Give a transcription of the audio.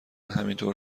همینطور